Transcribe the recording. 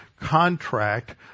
contract